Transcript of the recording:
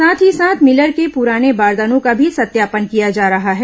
साथ ही साथ मिलर के पूराने बारदानों का भी सत्यापन किया जा रहा है